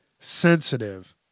sensitive